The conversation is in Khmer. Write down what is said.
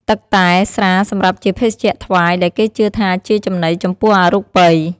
ទឹកតែ ស្រាសម្រាប់ជាភេសជ្ជៈថ្វាយ ដែលគេជឿថាជាចំណីចំពោះអរូបិយ។